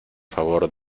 favor